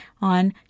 on